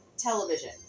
Television